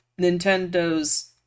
Nintendo's